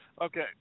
Okay